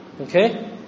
Okay